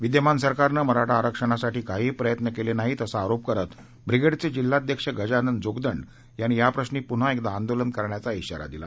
विद्यमान सरकारनं मराठा आरक्षणासाठी काहीही प्रयत्न केले नाहीत असा आरोप करत ब्रिगेडचे जिल्हाध्यक्ष गजानन जोगदंड यांनी याप्रश्री पुन्हा एकदा आंदोलन करण्याचा इशारा दिला